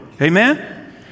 Amen